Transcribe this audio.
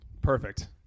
Perfect